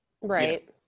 Right